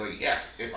yes